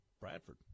Bradford